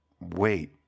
Wait